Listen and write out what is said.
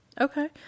Okay